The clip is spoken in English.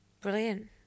Brilliant